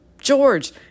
George